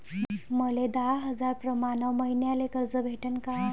मले दहा हजार प्रमाण मईन्याले कर्ज भेटन का?